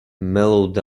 mellowed